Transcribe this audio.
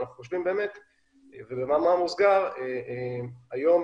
במאמר מוסגר אומר שהיום